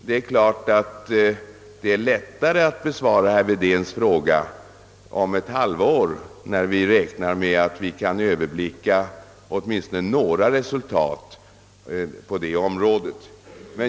Det är klart att det är lättare att besvara herr Wedéns fråga om ett halvår då vi räknar med att kunna överblicka åtminstone några resultat på detta område.